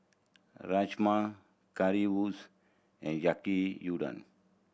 Rajma Currywurst and Yaki Udon